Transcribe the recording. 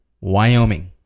Wyoming